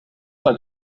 pas